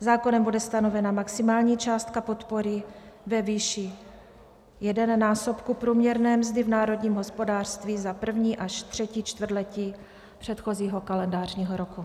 Zákonem bude stanovena maximální částka podpory ve výši jednonásobku průměrné mzdy v národním hospodářství za první až třetí čtvrtletí předchozího kalendářního roku.